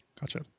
gotcha